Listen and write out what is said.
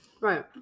right